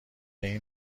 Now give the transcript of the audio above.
این